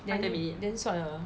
then then 算了啦